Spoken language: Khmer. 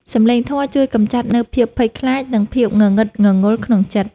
សំឡេងធម៌ជួយកម្ចាត់នូវភាពភ័យខ្លាច និងភាពងងឹតងងល់ក្នុងចិត្ត។